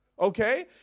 okay